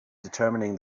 determining